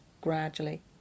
gradually